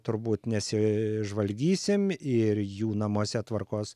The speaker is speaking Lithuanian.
turbūt nesižvalgysim ir jų namuose tvarkos